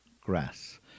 grass